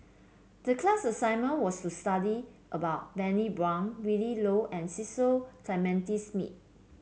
the class assignment was to study about Bani Buang Willin Low and Cecil Clementi Smith